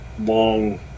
long